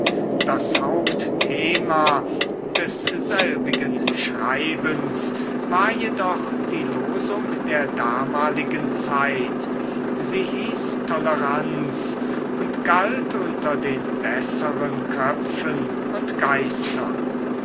das hauptthema desselbigen schreibens war jedoch die losung der damaligen zeit sie hieß toleranz und galt unter den besseren köpfen und geistern